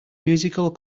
musical